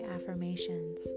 Affirmations